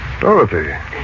Dorothy